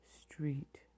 street